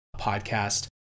podcast